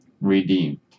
redeemed